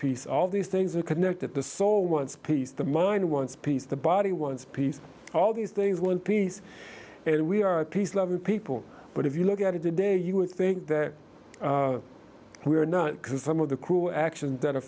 peace all these things are connected the soul wants peace the mind wants peace the body wants peace all these things want peace and we are peace loving people but if you look at it today you would think that we are not because some of the crew actions that a